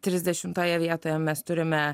trisdešimtoje vietoje mes turime